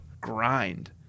Grind